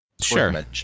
Sure